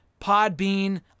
Podbean